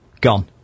gone